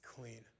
clean